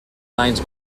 lines